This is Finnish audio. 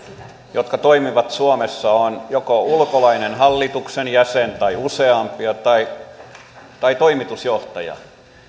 jotka toimivat suomessa on joko ulkolainen hallituksen jäsen tai useampia tai ulkolainen toimitusjohtaja